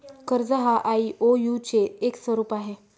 कर्ज हा आई.ओ.यु चे एक स्वरूप आहे